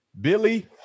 Billy